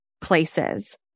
places